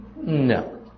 No